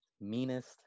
meanest